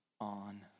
on